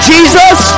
Jesus